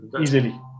easily